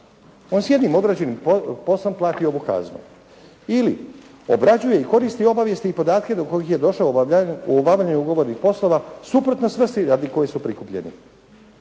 On s jednim odrađenim poslom plati ovu kaznu. Ili, obrađuje i koristi obavijesti i podatke do kojih je došao u obavljanju ugovorenih poslova suprotno svrsi radi kojih su prikupljeni